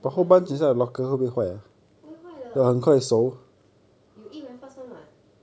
不会坏的 you eat very fast [one] [what]